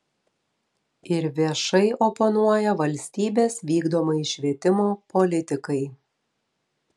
ir viešai oponuoja valstybės vykdomai švietimo politikai